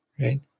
Right